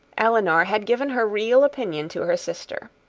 elinor had given her real opinion to her sister.